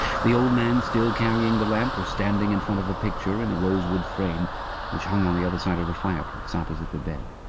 the old man, still carrying the lamp, was standing in front of a picture in a rosewood frame which hung on the other side of the fireplace, opposite the bed.